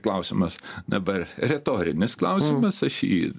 klausimas dabar retorinis klausimas aš jį